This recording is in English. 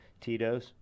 Titos